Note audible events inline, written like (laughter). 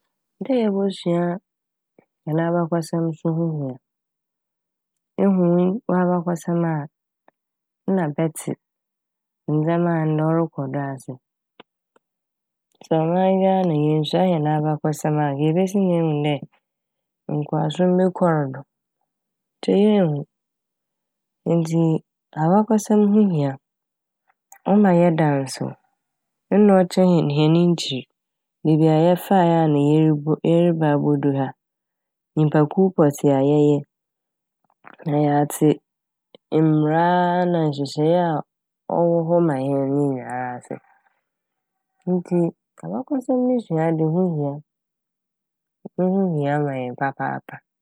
Dɛ yebosua hɛn abakɔsɛm so ho hia. Ehu we - w'abakɔsɛm a na bɛtse ndzɛma a ndɛ ɔrokɔ do ase. Sɛ ɔman Ghana yennsua hɛn abakɔsɛm a yebesi dɛn ehu dɛ nkowasom bi kɔr do nkyɛ yennhu. Ntsi abakɔsɛm ho hia, ɔma yɛda (noise) nsew nna ɔkyerɛ hɛn hɛn nkyir, beebi a yɛfae a ana yerobo - yɛreba abodur ha, nyimpakuw pɔtsee a yɛyɛ na yɛatse mbra a na nhyehyɛe a ɔwɔ hɔ ma hɛn ne nyinara ase. (noise) Ntsi abakɔsɛm ne sua de ho hia, ne ho hia ma hɛn papaapa.